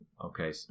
Okay